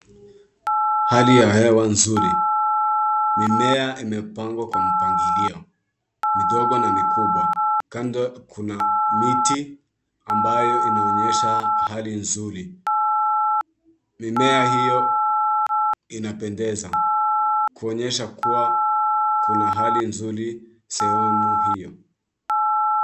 Hali ya hewa nzuri. Mimea imepangwa kwa mpangilio. Midogo na mikubwa. Kando kuna miti ambayo inaonyesha hali nzuri. Mimea hiyo inapendeza kuonyesha kuwa kuna hali nzuri sehemu hiyo.